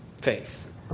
faith